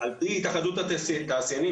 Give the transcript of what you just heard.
על פי התאחדות התעשיינים,